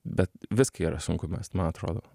bet viską yra sunku mest man atrodo